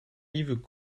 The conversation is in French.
yves